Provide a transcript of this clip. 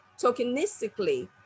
tokenistically